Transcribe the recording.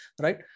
right